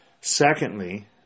Secondly